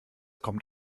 kommt